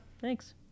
Thanks